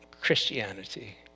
Christianity